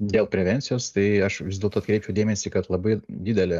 dėl prevencijos tai aš vis dėlto atkreipčiau dėmesį kad labai didelė